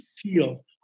feel